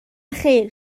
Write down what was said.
خیر